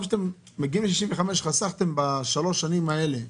כשמגיעים לגיל 65, חסכתם בשלוש השנים האלה,